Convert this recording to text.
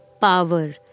power